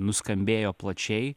nuskambėjo plačiai